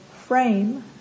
frame